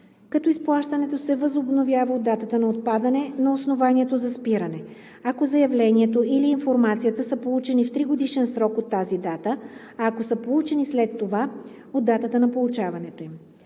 като изплащането се възобновява от датата на отпадане на основанието за спиране, ако заявлението или информацията са получени в тригодишен срок от тази дата, а ако са получени след това – от датата на получаването им;